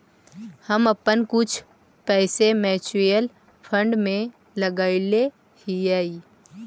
हम अपन कुछ पैसे म्यूचुअल फंड में लगायले हियई